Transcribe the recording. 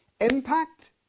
impact